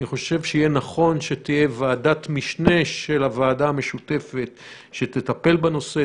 אני חושב שיהיה נכון שתהיה ועדת משנה של הוועדה המשותפת שתטפל בנושא,